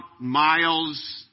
miles